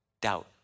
doubt